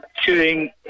shooting